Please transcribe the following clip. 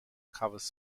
covers